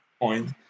point